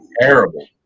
terrible